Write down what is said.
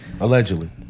Allegedly